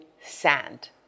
sand